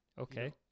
Okay